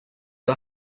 you